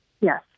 Yes